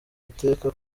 iteka